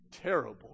terrible